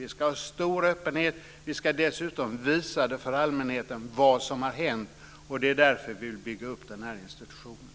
Vi ska ha stor öppenhet, och vi ska dessutom visa för allmänheten vad som har hänt. Det är därför vi vill bygga upp den här institutionen.